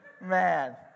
man